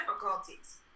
difficulties